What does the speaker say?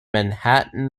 manhattan